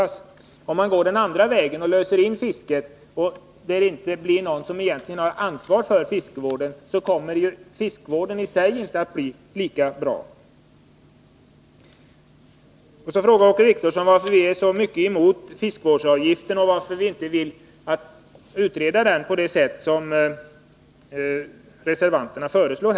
Men om man går den andra vägen och löser in fisket, blir det ju ingen som har något egentligt ansvar för fiskevården, och då blir fiskevården lika bra. Åke Wictorsson frågar också varför vi är så emot att införa en fiskevårdsavgift och varför vi inte vill utreda den frågan på det sätt som reservanterna föreslår.